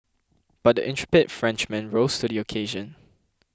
but the intrepid Frenchman rose to the occasion